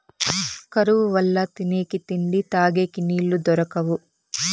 కరువు వల్ల తినేకి తిండి, తగేకి నీళ్ళు దొరకవు